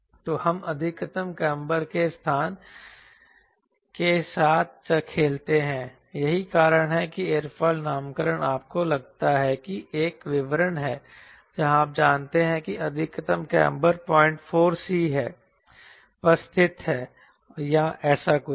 तो हम अधिकतम काम्बर के स्थान के साथ खेलते हैं यही कारण है कि एयरोफिल नामकरण आपको लगता है कि एक विवरण है जहां आप जानते हैं कि अधिकतम काम्बर 04 c पर स्थित है या ऐसा कुछ है